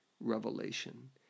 revelation